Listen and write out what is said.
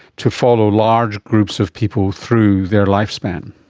to follow large groups of people through their lifespan.